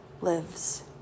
lives